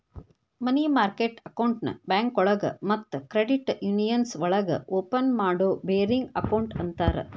ಮನಿ market ಅಕೌಂಟ್ನ ಬ್ಯಾಂಕೋಳಗ ಮತ್ತ ಕ್ರೆಡಿಟ್ ಯೂನಿಯನ್ಸ್ ಒಳಗ ಓಪನ್ ಮಾಡೋ ಬೇರಿಂಗ್ ಅಕೌಂಟ್ ಅಂತರ